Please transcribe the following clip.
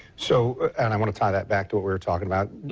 so and i want to tie that back to what we were talking about.